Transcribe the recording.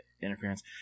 interference